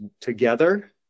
together